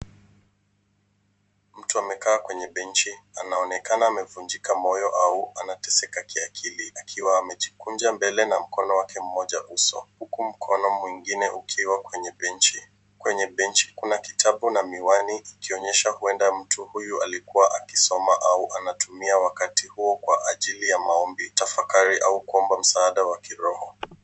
Mtu amekaa kwenye benchi. Anaonekana amevunjika moyo au anateseka kiakili akiwa amejikunja mbele na mkono wake mmoja uso, huku mkono mwingine ukiwa kwenye benchi. Kwenye benchi kuna kitabu na miwani ikionyesha huenda mtu huyu alikuwa akisoma au anatumia wakati huo kwa ajili ya maombi, tafakari au kuomba msaada wa kiroho.